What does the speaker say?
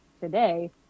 today